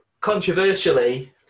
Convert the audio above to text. Controversially